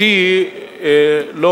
אותי לא